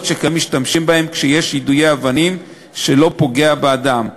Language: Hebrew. שכיום משתמשים בהן כשיש יידוי אבנים שלא פוגע באדם.